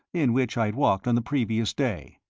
in which i had walked on the previous day,